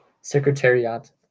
secretariat